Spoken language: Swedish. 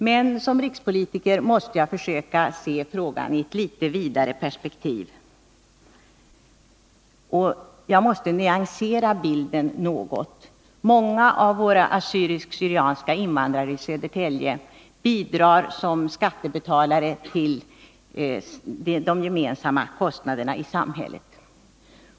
Men som rikspolitiker måste jag försöka se frågan i ett litet vidare perspektiv, och jag måste nyansera bilden något. Många av våra assyriska/syrianska invandrare i Södertälje bidrar som skattebetalare till de gemensamma kostnaderna i samhället.